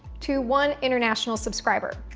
to one international subscriber.